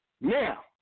Now